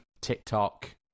TikTok